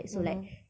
(uh huh)